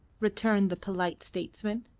returned the polite statesman.